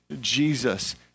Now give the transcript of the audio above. Jesus